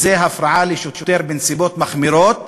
שהיא הפרעה לשוטר בנסיבות מחמירות.